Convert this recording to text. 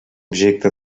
objecte